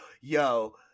yo